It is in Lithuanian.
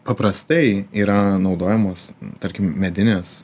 paprastai yra naudojamos tarkim medinės